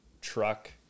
truck